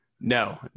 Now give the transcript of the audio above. No